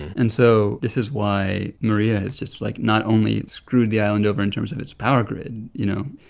and so this is why maria has just, like, not only screwed the island over in terms of its power grid, you know,